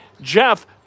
Jeff